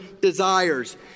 desires